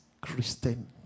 Christian